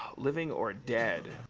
living or dead.